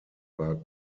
war